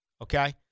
Okay